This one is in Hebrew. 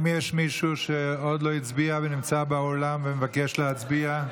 האם יש משיהו שעוד לא הצביע ונמצא באולם ומבקש להצביע?